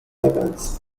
events